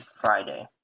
Friday